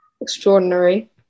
extraordinary